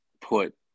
put